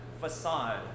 facade